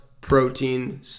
protein